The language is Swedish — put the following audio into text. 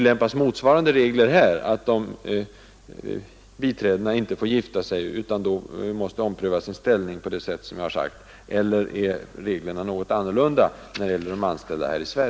Är det så att de inte kan gifta sig utan att få sin ställning omprövad på det sätt som jag har angivit, eller är förhållandena annorlunda för dem?